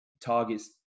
Target's